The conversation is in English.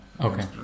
Okay